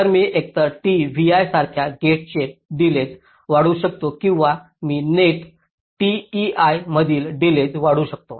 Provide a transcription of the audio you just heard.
तर मी एकतर t vi सारख्या गेट्सचे डिलेज वाढवू शकतो किंवा मी नेट t ei मधील डिलेज वाढवू शकतो